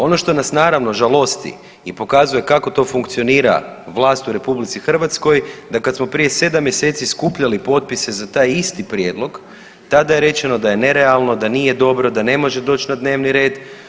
Ono što nas naravno žalosti i pokazuje kako to funkcionira vlast u Republici Hrvatskoj, da kad smo prije 7 mjeseci skupljali potpise za taj isti prijedlog tada je rečeno da je nerealno, da nije dobro, da ne može doći na dnevni red.